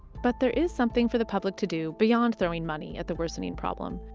but there is something for the public to do beyond throwing money at the worsening problem,